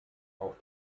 auch